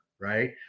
right